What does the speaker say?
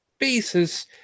basis